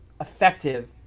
effective